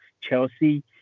Chelsea